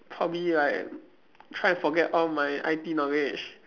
probably like try to forget all my I_T knowledge